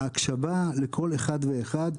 ההקשבה לכל אחד ואחד.